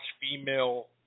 female